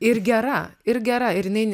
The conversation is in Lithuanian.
ir gera ir gera ir jinai